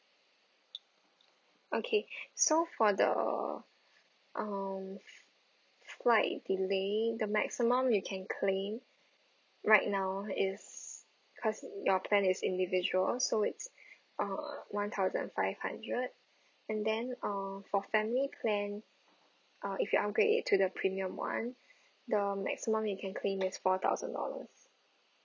okay so for the um flight delaying the maximum you can claim right now is cause your plan is individual so it's uh one thousand five hundred and then uh for family plan uh if you upgrade it to the premium one the maximum you can claim is four thousand dollars